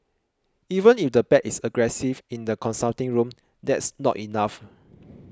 even if the pet is aggressive in the consulting room that's not enough